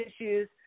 issues